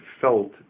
felt